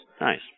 Nice